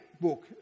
book